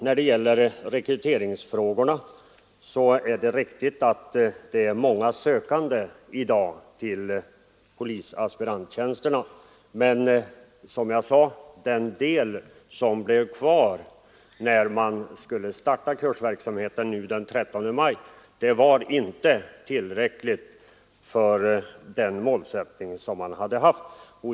När det gäller rekryteringsfrågorna så är det riktigt att det finns många sökande till polisaspiranttjänsterna, men som jag sade förut är det antal som finns kvar när kursverksamheten skall starta den 13 maj inte tillräckligt för den målsättning som motionärerna haft.